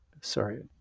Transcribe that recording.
sorry